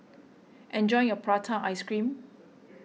enjoy your Prata Ice Cream